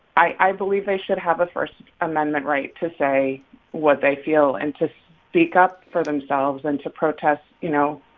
i believe they should have a first amendment right to say what they feel and to speak up for themselves and to protest, you know,